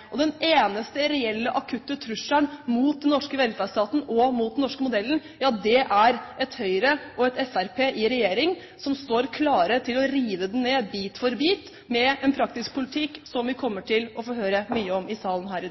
er den det. Den eneste reelle akutte trusselen mot den norske velferdsstaten og mot den norske modellen, er et Høyre og Fremskrittspartiet i regjering som står klare til å rive den ned, bit for bit, med en praktisk politikk som vi kommer til å få høre mye om i salen her